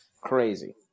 crazy